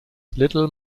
little